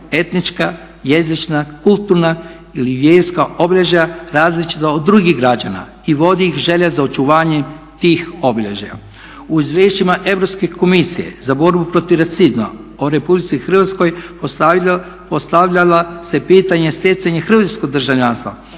etnička, jezična, kulturna ili vjerska obilježja različita od drugih građana i vodi ih želja za očuvanjem tih obilježja. U izvješćima Europske komisije za borbu protiv rasizma o Republici Hrvatskoj postavlja se pitanje stjecanje hrvatskog državljanstva